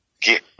get